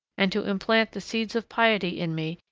and to implant the seeds of piety in me,